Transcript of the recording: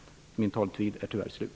Min taletid är tyvärr slut.